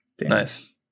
Nice